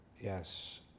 yes